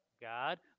God